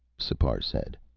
sipar said,